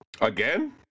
Again